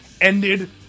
ended